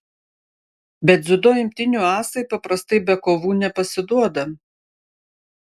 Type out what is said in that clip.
bet dziudo imtynių asai paprastai be kovų nepasiduoda